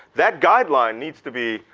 that guideline needs to be,